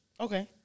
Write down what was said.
okay